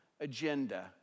agenda